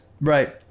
right